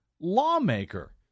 lawmaker